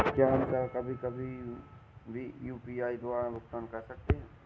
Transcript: क्या हम कभी कभी भी यू.पी.आई द्वारा भुगतान कर सकते हैं?